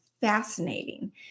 fascinating